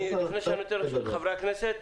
לפני שאתן לחברי הכנסת,